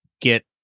get